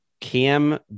Cam